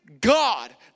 God